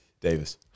Davis